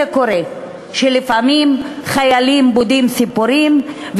זה קורה שלפעמים חיילים בודים סיפורים,